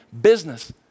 business